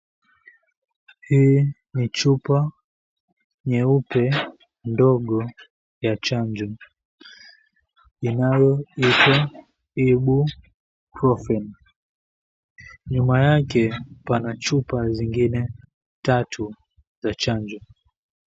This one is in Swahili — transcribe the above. Hii ni chupa nyeupe ndogo ya chanjo inayoitwa Ibuprofen. Nyuma yake pana chupa zingine tatu za chanjo.